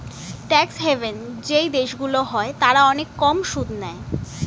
tax haven যেই দেশগুলো হয় তারা অনেক কম সুদ নেয়